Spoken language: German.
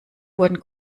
wurden